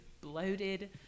bloated